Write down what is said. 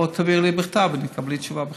או תעבירי לי בכתב ותקבלי תשובה בכתב,